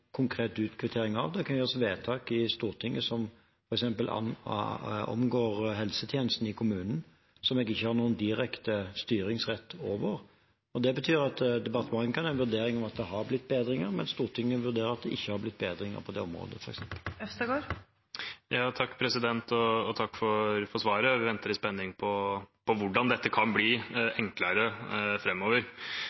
vedtak i Stortinget som f.eks. angår helsetjenesten i kommunen, som jeg ikke har noen direkte styringsrett over. Det betyr at departementet kan ha en vurdering om at det har blitt bedringer, mens Stortinget vurderer at det ikke har blitt bedringer på det området. Takk for svaret. Vi venter i spenning på hvordan dette kan bli